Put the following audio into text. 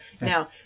Now